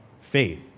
faith